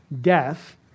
death